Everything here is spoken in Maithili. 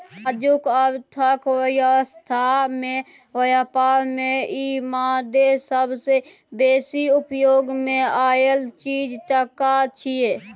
आजुक अर्थक व्यवस्था में ब्यापार में ई मादे सबसे बेसी उपयोग मे आएल चीज टका छिये